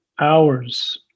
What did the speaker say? Hours